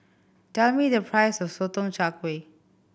tell me the price of Sotong Char Kway